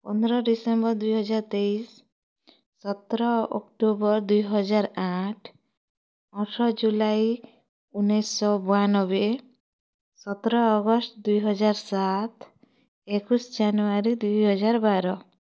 ପନ୍ଦର ଡିସେମ୍ବର୍ ଦୁଇ ହଜାର ତେଇଶ ସତର ଅକ୍ଟୋବର୍ ଦୁଇ ହଜାର ଆଠ ଅଠର ଜୁଲାଇ ଉନେଇଶ ବୟାନବେ ସତର ଅଗଷ୍ଟ ଦୁଇ ହଜାର ସାତ ଏକୋଇଶ ଜାନୁୟାରୀ ଦୁଇ ହଜାର ବାର